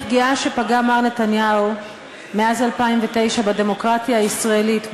הפגיעה שפגע מר נתניהו מאז 2009 בדמוקרטיה הישראלית,